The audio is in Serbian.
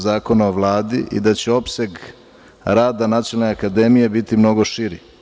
Zakona o Vladi i da će opseg rada Nacionalne akademije biti mnogo širi.